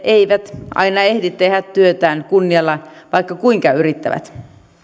eivät aina ehdi tehdä työtään kunnialla vaikka kuinka yrittävät